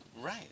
Right